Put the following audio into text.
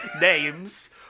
names